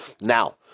Now